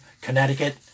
Connecticut